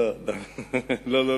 לא, לא.